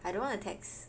I don't wanna text